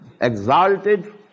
exalted